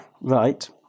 Right